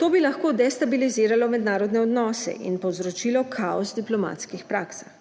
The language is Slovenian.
To bi lahko destabiliziralo mednarodne odnose in povzročilo kaos v diplomatskih praksah.